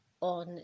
on